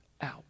out